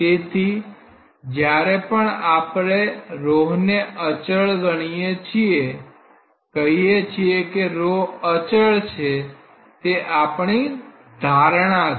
તેથી જ્યારે પણ આપણે ρ ને અચળ ગણીએ છીએ કહીએ છીએ કે ρ અચળ છે તે આપણી ધારણા છે